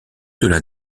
cela